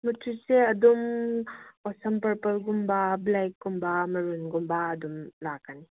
ꯃꯆꯨꯁꯦ ꯑꯗꯨꯝ ꯄ꯭ꯂꯝ ꯄꯔꯄꯥꯜꯒꯨꯝꯕ ꯕ꯭ꯂꯦꯛꯀꯨꯝꯕ ꯃꯦꯔꯨꯟꯒꯨꯝꯕ ꯑꯗꯨꯝ ꯂꯥꯛꯀꯅꯤ